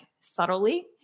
subtly